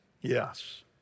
Yes